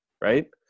right